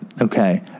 okay